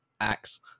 Axe